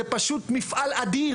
זה פשוט מפעל אדיר,